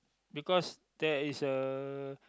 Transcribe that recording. because there is a